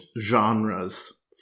genres